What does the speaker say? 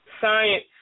science